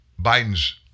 Biden's